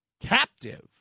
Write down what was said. captive